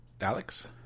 Alex